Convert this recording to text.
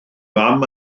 fam